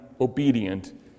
obedient